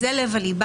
זה לב העניין,